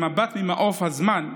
במבט ממעוף הזמן,